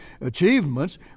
achievements